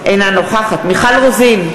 אינה נוכחת מיכל רוזין,